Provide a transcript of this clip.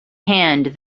hand